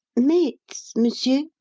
mates, monsieur?